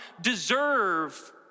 deserve